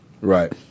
Right